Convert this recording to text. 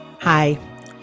hi